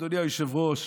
אדוני היושב-ראש,